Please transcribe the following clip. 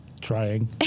Trying